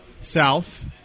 south